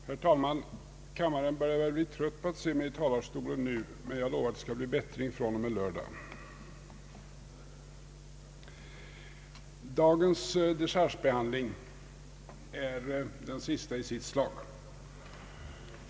Herr talman! Kammaren börjar bli trött på att se mig i talarstolen, men jag lovar att det skall bli bättring från och med lördag! Dagens dechargebehandling är den sista i sitt slag.